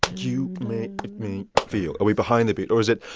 you make me feel? are we behind the beat? or is it,